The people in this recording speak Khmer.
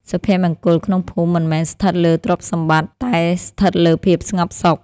សុភមង្គលក្នុងភូមិមិនមែនស្ថិតលើទ្រព្យសម្បត្តិ តែស្ថិតលើភាពស្ងប់សុខ។